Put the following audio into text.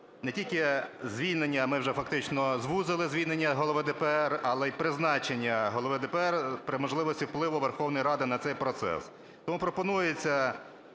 Дякую.